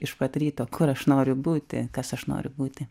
iš pat ryto kur aš noriu būti kas aš noriu būti